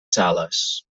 sales